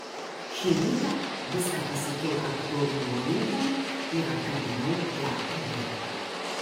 šį rytą viską pasakiau kapitonui moliūgui ir atgabenau ją į laivą